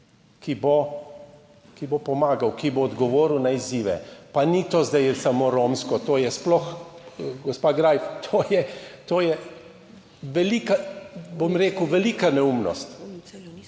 ki bo pomagal, ki bo odgovoril na izzive. Pa ni to zdaj samo romsko, to je sploh, gospa Greif, to je velika, bom